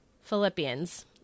Philippians